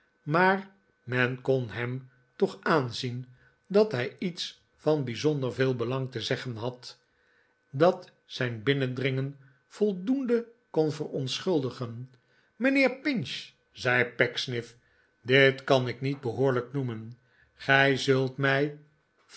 maar men kon hem toch aanzien dat hij iets van bijzonder veel belang te zeggen had dat zijn binnendringen voldoende kon verontschuldigen mijnheer pinch zei pecksniff dit kan ik niet behoorlijk noemen gij zult mij